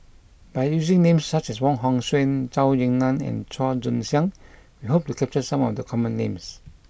by using names such as Wong Hong Suen Zhou Ying Nan and Chua Joon Siang we hope to capture some of the common names